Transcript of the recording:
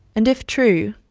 and if true,